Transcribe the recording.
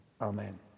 Amen